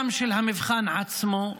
גם של המבחן עצמו,